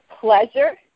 pleasure